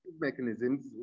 mechanisms